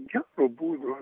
gero būdo